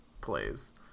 plays